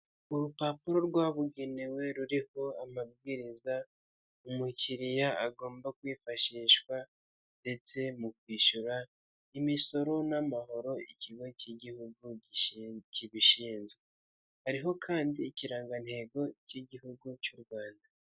Urupapuro rwabugenewe ruriho amabwiriza umukiriya agomba kwifashisha ndetse mu kwishyura imisoro n'amahoro, ikigo cy'igihugu kibishinzwe, hariho kandi ikirangantego cy'igihugu cy'u Rwanda.